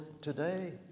today